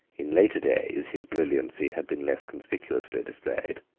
in later days his brilliancy had been less conspicuously displayed.